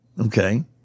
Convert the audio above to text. okay